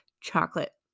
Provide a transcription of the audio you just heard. chocolate